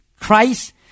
Christ